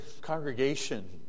congregation